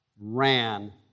ran